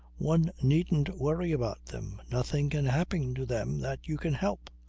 one needn't worry about them. nothing can happen to them that you can help.